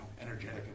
energetic